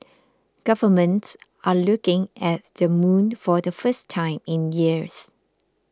governments are looking at the moon for the first time in years